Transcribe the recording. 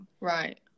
right